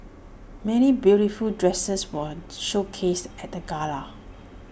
many beautiful dresses were showcased at the gala